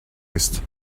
ist